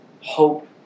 hope